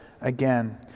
again